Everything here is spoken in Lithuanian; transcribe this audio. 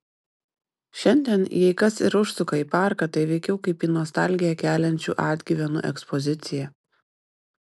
šiandien jei kas ir užsuka į parką tai veikiau kaip į nostalgiją keliančių atgyvenų ekspoziciją